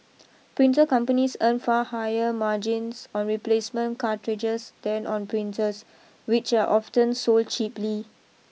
printer companies earn far higher margins on replacement cartridges than on printers which are often sold cheaply